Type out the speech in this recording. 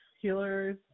healers